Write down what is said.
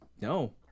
No